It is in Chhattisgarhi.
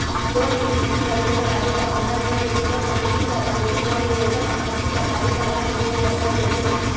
लोन के किस्ती ल नइ पटाबे त पंदरा दिन के भीतर म पुलिस ह कानूनी ढंग ले ओखर संपत्ति ल खाली करवाके बेंक ल सौंप देथे